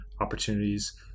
opportunities